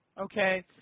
Okay